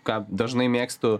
ką dažnai mėgstu